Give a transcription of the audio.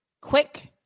quick